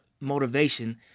motivation